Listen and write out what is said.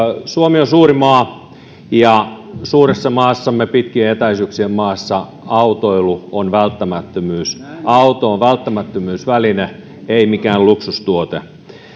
suomi on suuri maa ja suuressa maassamme pitkien etäisyyksien maassa autoilu on välttämättömyys auto on välttämättömyysväline ei mikään luksustuote